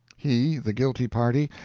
he, the guilty party,